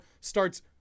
starts